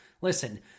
Listen